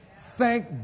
Thank